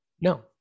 no